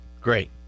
Great